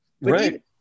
Right